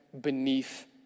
beneath